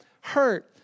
hurt